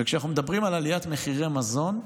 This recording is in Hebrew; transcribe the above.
וכשאנחנו מדברים על עליית מחירי מזון,